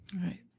Right